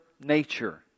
nature